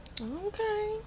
Okay